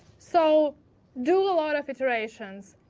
so do a lot of iterations.